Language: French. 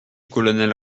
colonel